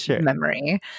memory